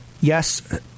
Yes